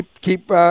keep